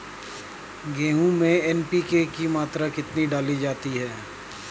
गेहूँ में एन.पी.के की मात्रा कितनी डाली जाती है?